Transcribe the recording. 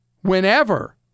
whenever